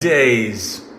days